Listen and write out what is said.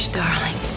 darling